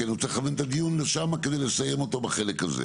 כי אני רוצה לכוון את הדיון לשמה כדי לסיים אותו בחלק הזה.